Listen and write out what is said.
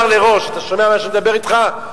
אתה שומע מה שאני מדבר אתך?